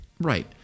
Right